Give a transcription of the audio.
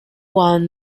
one